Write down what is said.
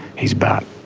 he's about